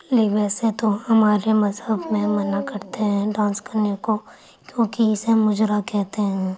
لے ویسے تو ہمارے مذہب میں منع کرتے ہیں ڈانس کرنے کو کیونکہ اِسے مُجرا کہتے ہیں